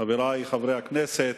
חברי חברי הכנסת,